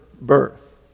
birth